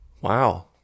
Wow